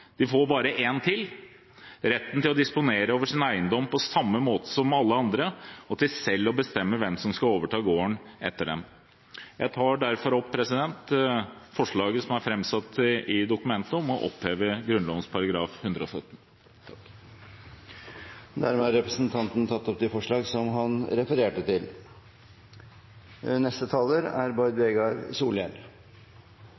de har i dag – de får bare en til: retten til å disponere over sin eiendom på samme måte som alle andre og til selv å bestemme hvem som skal overta gården etter dem. Jeg tar derfor opp forslaget som er framsatt i dokumentet, om å oppheve Grunnloven § 117. Representanten Ola Elvestuen har tatt opp det forslaget han refererte til. SV er